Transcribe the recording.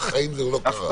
בחיים זה לא קרה.